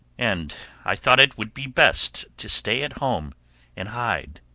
and i thought it would be best to stay at home and hide.